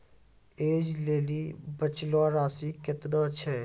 ऐज लेली बचलो राशि केतना छै?